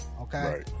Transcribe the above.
Okay